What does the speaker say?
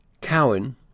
Cowen